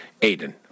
Aiden